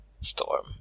storm